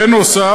בנוסף,